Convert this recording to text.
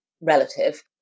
relative